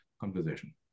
conversation